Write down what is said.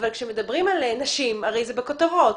אבל כשמדברים על נשים הרי זה בכותרות,